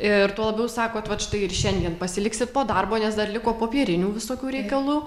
ir tuo labiau sakot vat štai ir šiandien pasiliksit po darbo nes dar liko popierinių visokių reikalų